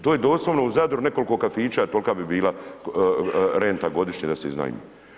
To je doslovno u Zadru, nekoliko kafića, tolika bi bila renta godišnje da se iznajmi.